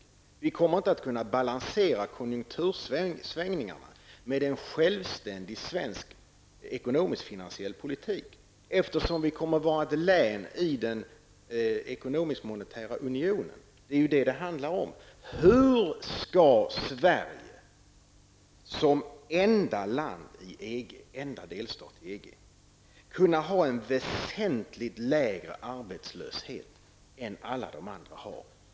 Vi kommer inte att kunna balansera konjunktursvängningarna med en självständig svensk ekonomisk-finansiell politik, eftersom vi kommer att vara ett län i den ekonomisk-monetära unionen. Det är ju det som det handlar om. Hur skall Sverige som enda delstat i EG kunna ha en väsentligt lägre arbetslöshet än alla de andra länderna?